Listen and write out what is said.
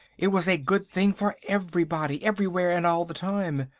it was a good thing for everybody, everywhere and all the time.